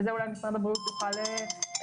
וזה אולי משרד הבריאות יוכל להסביר,